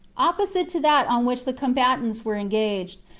opposite to that on which the combatants were engaged,